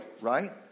right